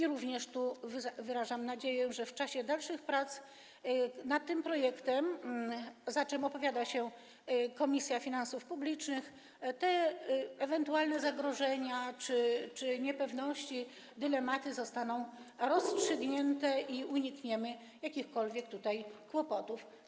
Tu również wyrażam nadzieję, że w czasie dalszych prac nad tym projektem - za czym opowiada się Komisja Finansów Publicznych - te ewentualne zagrożenia czy niepewności, dylematy zostaną rozstrzygnięte i unikniemy jakichkolwiek kłopotów.